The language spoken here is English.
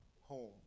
home